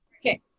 Okay